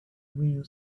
will